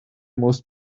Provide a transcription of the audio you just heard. most